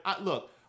Look